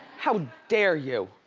how dare you?